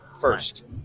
first